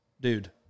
Dude